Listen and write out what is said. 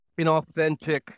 inauthentic